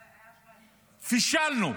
פישלנו,